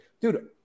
Dude